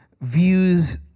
views